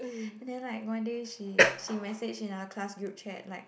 and then like one day she she message in our class group chat like